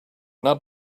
not